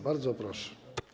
Bardzo proszę.